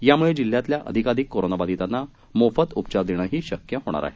यामुळे जिल्ह्यातल्या अधिकाधिक कोरोनाबाधितांना मोफत उपचार देणंही शक्य होणार आहे